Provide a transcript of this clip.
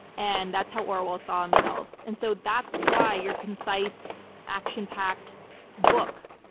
and that's how orwell saw himself. and so that's why your concise action-packed book,